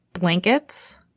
Blankets